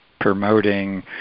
promoting